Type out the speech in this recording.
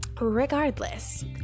regardless